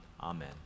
Amen